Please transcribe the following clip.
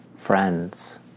Friends